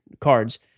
cards